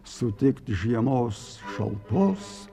sutikt žiemos šaltos